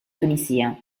tunisia